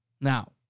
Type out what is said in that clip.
Now